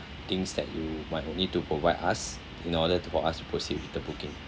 things that you might would need to provide us in order to for us to proceed with the booking